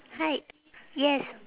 hi yes